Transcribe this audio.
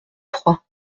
trois